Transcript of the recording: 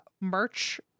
merch